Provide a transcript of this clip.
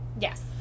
Yes